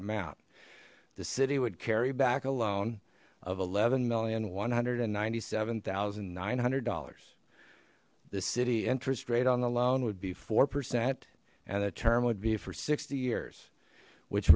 amount the city would carry back a loan of eleven million one hundred and ninety seven thousand nine hundred dollars the city interest rate on the loan would be four percent and the term would be four sixty years which